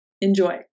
Enjoy